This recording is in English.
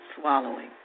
swallowing